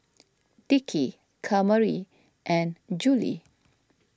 Dickie Kamari and Juli